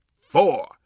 four